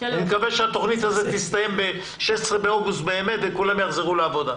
אני מקווה שהתוכנית הזאת תסתיים ב-16 באוגוסט באמת וכולם יחזרו לעבודה.